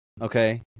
Okay